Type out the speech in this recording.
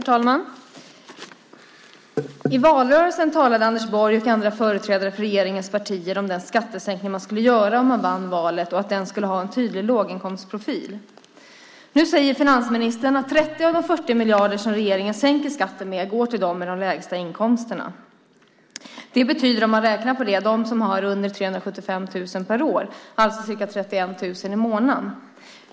Herr talman! I valrörelsen talade Anders Borg och andra företrädare för regeringens partier om den skattesänkning man skulle göra om man vann valet och att den skulle ha en tydlig låginkomstprofil. Nu säger finansministern att 30 av de 40 miljarder som regeringen sänker skatten med går till dem med de lägsta inkomsterna. Om man räknar på det handlar det om dem som har under 375 000 per år, alltså ca 31 000 i månaden.